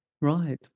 right